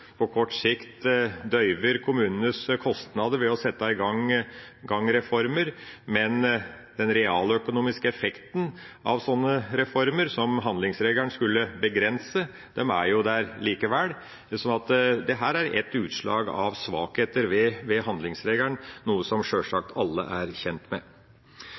på kort sikt døyver kommunenes kostander ved å sette i gang reformer, men den realøkonomiske effekten av sånne reformer som handlingsregelen skulle begrense, er der likevel. Så dette er et utslag av svakheter ved handlingsregelen, noe som sjølsagt alle er kjent med.